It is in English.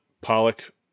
Pollock